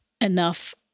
enough